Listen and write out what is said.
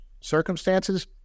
circumstances